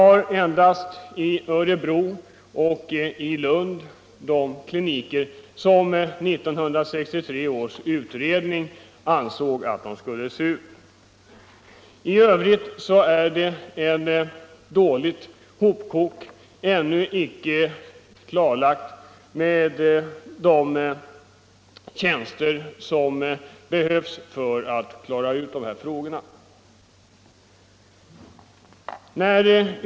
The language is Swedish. Endast i Örebro och i Lund finns sådana kliniker som 1963 års utredning ansåg att man borde inrätta. I övrigt är det fråga om ett dåligt hopkok, och det är ännu icke klart med de tjänster som behövs.